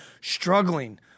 struggling